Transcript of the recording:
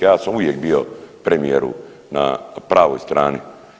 Ja sam uvijek bio, premijeru, na pravoj strani.